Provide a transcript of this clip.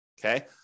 okay